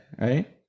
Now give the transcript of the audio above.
right